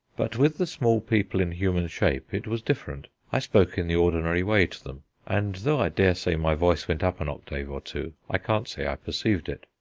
but with the small people in human shape it was different. i spoke in the ordinary way to them, and though i dare say my voice went up an octave or two, i can't say i perceived it.